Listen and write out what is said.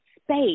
space